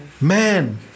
man